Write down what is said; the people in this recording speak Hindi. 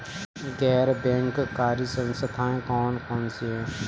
गैर बैंककारी संस्थाएँ कौन कौन सी हैं?